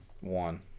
One